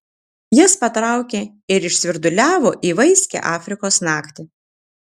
jas patraukė ir išsvirduliavo į vaiskią afrikos naktį